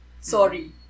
Sorry